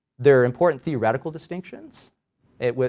there are important theoretical distinctions it, with,